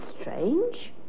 strange